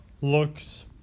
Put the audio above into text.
looks